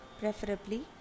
preferably